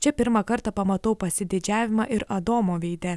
čia pirmą kartą pamatau pasididžiavimą ir adomo veide